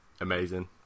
amazing